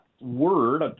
word